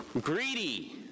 Greedy